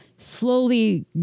slowly